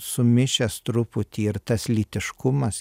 sumišęs truputį ir tas lytiškumas